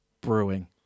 brewing